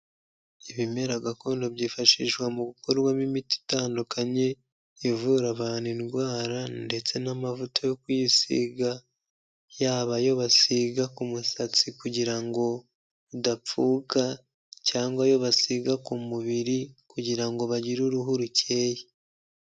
Ibimera gakondo byifashishwa mu gukorwamo imiti itandukanye, ivura abantu indwara ndetse n'amavuta yo kuyisiga, yaba ayo basiga ku musatsi kugira ngo udapfuka cyangwa ayo basiga ku mubiri kugira ngo bagire uruhu rukeye.